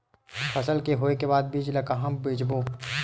फसल के होय के बाद बीज ला कहां बेचबो?